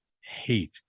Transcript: hate